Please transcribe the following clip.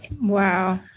Wow